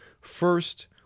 First